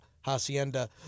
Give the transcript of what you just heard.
Hacienda